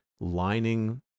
lining